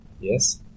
Yes